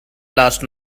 last